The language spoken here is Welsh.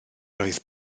roedd